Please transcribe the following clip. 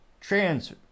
trans